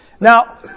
Now